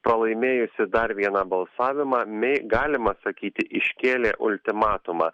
pralaimėjusi dar vieną balsavimą mei galima sakyti iškėlė ultimatumą